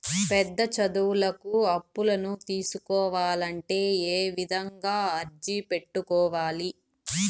పెద్ద చదువులకు అప్పులను తీసుకోవాలంటే ఏ విధంగా అర్జీ పెట్టుకోవాలి?